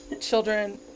children